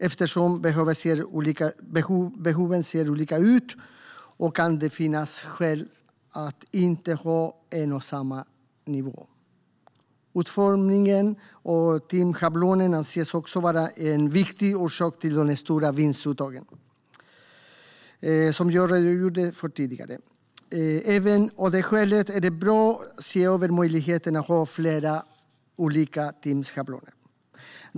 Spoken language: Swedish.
Eftersom behoven ser olika ut kan det finnas skäl att inte ha en och samma nivå. Utformningen av timschablonen anses också vara en viktig orsak till de stora vinstuttag som jag redogjorde för tidigare. Av det skälet är det bra att se över möjligheten att ha flera olika timschabloner.